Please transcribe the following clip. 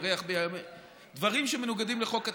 דברים שמנוגדים לחוק הטבע,